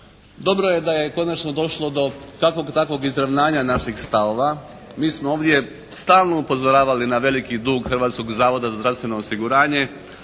dobro je da je konačno došlo do kakvog takvog izravnanja naših stavova. Mi smo ovdje stalno upozoravali na veliki dug Hrvatskog zavoda za zdravstveno osiguranje.